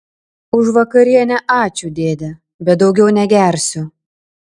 už vakarienę ačiū dėde bet daugiau negersiu